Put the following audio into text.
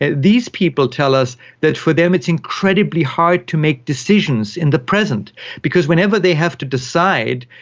ah these people tell us that for them it's incredibly hard to make decisions in the present because whenever they have to decide,